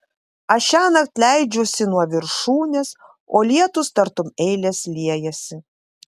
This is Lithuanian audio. aš šiąnakt leidžiuosi nuo viršūnės o lietūs tartum eilės liejasi